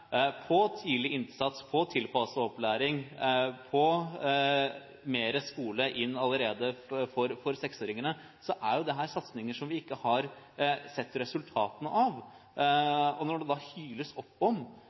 på tidlig innsats, på tilpasset opplæring, på mer skole inn allerede for seksåringene, er satsinger vi ikke har sett resultatene av. Når det da hyles opp om